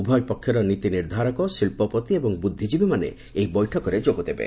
ଉଭୟ ପକ୍ଷର ନୀତି ନିର୍ଦ୍ଧାରକ ଶିଳ୍ପପତି ଏବଂ ବୃଦ୍ଧିଜୀବୀମାନେ ଏହି ବୈଠକରେ ଯୋଗଦେବେ